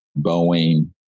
Boeing